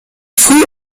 früh